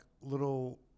little